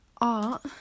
art